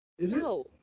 No